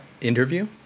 interview